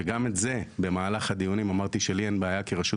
שגם את זה במהלך הדיונים אמרתי שלי אין בעיה כרשות